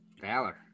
valor